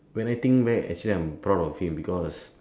when I think back actually I am proud of him because